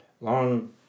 long